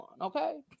okay